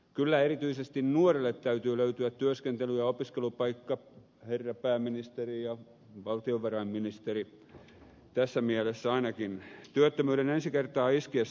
kyllä erityisesti nuorille täytyy löytyä työskentely ja opiskelupaikka herra pääministeri ja valtiovarainministeri tässä mielessä ainakin työttömyyden ensi kertaa iskiessä